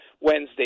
Wednesday